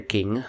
King